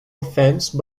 offense